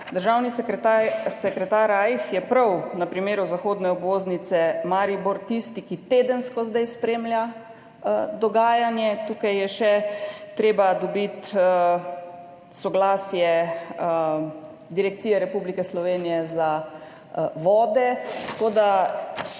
državni sekretar Rajh je prav na primeru zahodne obvoznice Maribor tisti, ki tedensko zdaj spremlja dogajanje. Tukaj je še treba dobiti soglasje Direkcije Republike Slovenije za vode. Tako da